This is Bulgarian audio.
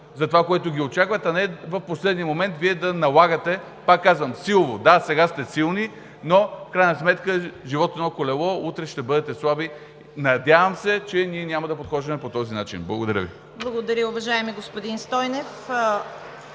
за това, което го очаква, а не в последния момент Вие да налагате, пак казвам, силово. Да, сега сте силни, но в крайна сметка животът е едно колело – утре ще бъдете слаби. Надявам се, че ние няма да подхождаме по този начин. Благодаря Ви.